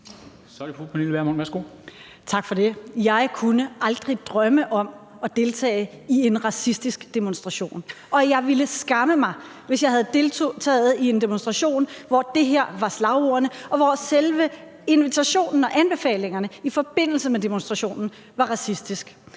Tak for det. Jeg kunne aldrig drømme om at deltage i en racistisk demonstration, og jeg ville skamme mig, hvis jeg havde deltaget i en demonstration, hvor der var de her slagord, og hvor selve invitationen og anbefalingerne i forbindelse med demonstrationen var racistisk,